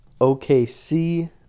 OKC